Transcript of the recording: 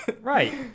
Right